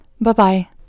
Bye-bye